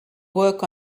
work